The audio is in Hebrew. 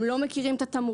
הם לא מכירים את התמרורים,